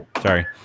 Sorry